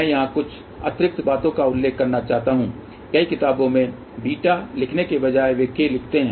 मैं यहाँ कुछ अतिरिक्त बातों का उल्लेख करना चाहता हूँ कई किताबो में β लिखने के बजाय वे k लिखते हैं